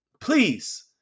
please